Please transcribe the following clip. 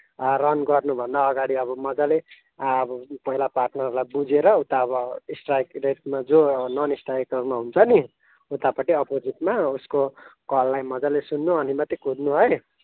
run गर्नुभन्दा अगाडि अब मजाले अब पहिला पार्टनरलाई बुझेर उता अब स्ट्राइक रेटमा जो ननस्ट्राइकरमा हुन्छ नि उतापट्टि अपोजिटमा उसको कललाई मजाले सुन्नु अनि मात्रै कुद्नु है